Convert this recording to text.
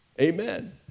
Amen